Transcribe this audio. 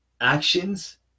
actions